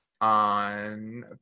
on